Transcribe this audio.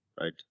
right